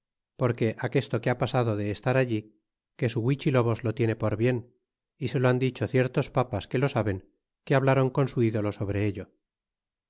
porque apesto que ha pasado de estar allí que su fluichihabos lo tiene por bien y se lo han dicho ciertos papas que lo saben que hablaron con su ídolo sobre ello